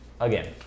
again